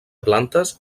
plantes